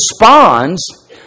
responds